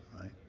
right